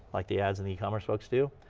like the ads and the e-commerce folks do.